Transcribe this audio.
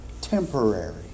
temporary